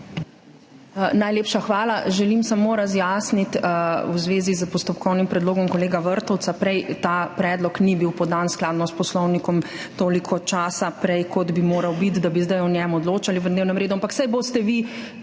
Najlepša hvala. Želim samo razjasniti v zvezi s postopkovnim predlogom kolega Vrtovca prej. Ta predlog ni bil podan skladno s poslovnikom, toliko časa prej, kot bi moral biti, da bi zdaj o njem odločali v dnevnem redu. Ampak saj boste vi,